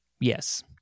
Yes